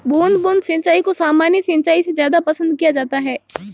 बूंद बूंद सिंचाई को सामान्य सिंचाई से ज़्यादा पसंद किया जाता है